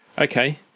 Okay